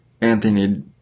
Anthony